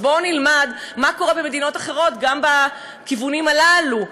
אז בואו נלמד מה קורה במדינות אחרות גם בכיוונים הללו,